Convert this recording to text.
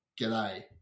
G'day